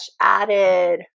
added